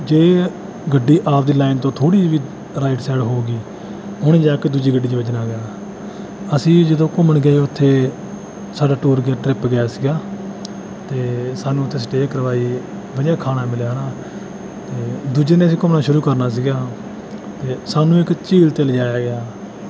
ਜੇ ਗੱਡੀ ਆਪਦੀ ਲਾਈਨ ਤੋਂ ਥੋੜ੍ਹੀ ਜਿਹੀ ਵੀ ਰਾਈਟ ਸਾਈਡ ਹੋਊਗੀ ਉਹਨੇ ਜਾ ਕੇ ਦੂਜੀ ਗੱਡੀ 'ਚ ਵੱਜਣਾ ਹੈਗਾ ਅਸੀਂ ਜਦੋਂ ਘੁੰਮਣ ਗਏ ਉੱਥੇ ਸਾਡਾ ਟੂਰ ਗਿਆ ਟ੍ਰਿਪ ਗਿਆ ਸੀਗਾ ਅਤੇ ਸਾਨੂੰ ਉੱਥੇ ਸਟੇ ਕਰਵਾਈ ਵਧੀਆ ਖਾਣਾ ਮਿਲਿਆ ਹੈ ਨਾ ਅਤੇ ਦੂਜੇ ਦਿਨ ਅਸੀਂ ਘੁੰਮਣਾ ਸ਼ੁਰੂ ਕਰਨਾ ਸੀਗਾ ਅਤੇ ਸਾਨੂੰ ਇਕ ਝੀਲ 'ਤੇ ਲਿਜਾਇਆ ਗਿਆ